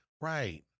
Right